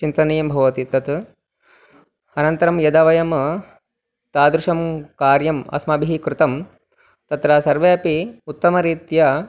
चिन्तनीयं भवति तत् अनन्तरं यदा वयं तादृशं कार्यम् अस्माभिः कृतं तत्र सर्वे अपि उत्तमरीत्या